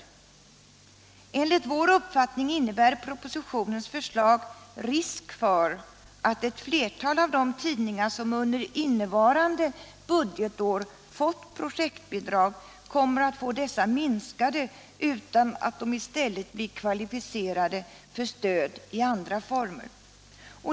Enligt vår uppfattning innebär propo Onsdagen den sitionens förslag risk för att ett flertal av de tidningar som innevarande = 11 maj 1977 budgetår har projektbidrag kommer att få dessa minskade utan at de —— i stället blir kvalificerade för ett stöd i andra former.